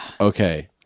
Okay